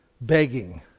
begging